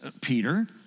Peter